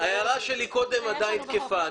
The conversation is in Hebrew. ההערה שלי שהערתי קודם, עדיין תקפה.